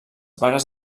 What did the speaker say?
vagues